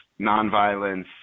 nonviolence